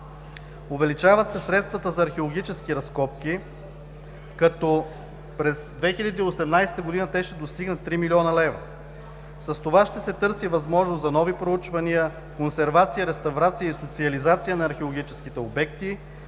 Увеличават се средствата за археологически разкопки, като през 2018 г. те ще достигнат 3 млн. лв. С това ще се търси възможност за нови проучвания, консервация, реставрация и социализация на археологическите обекти,